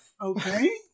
Okay